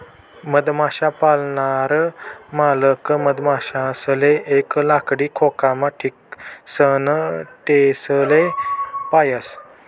मधमाश्या पायनार मालक मधमाशासले एक लाकडी खोकामा ठीसन तेसले पायस